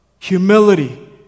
humility